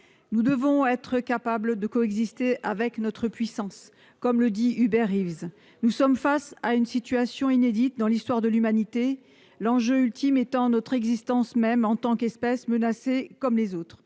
Nous devons être « capables de coexister avec notre puissance », comme le dit Hubert Reeves. Nous sommes face à une situation inédite dans l'histoire de l'humanité, l'enjeu ultime étant notre existence même en tant qu'espèce, menacée comme les autres.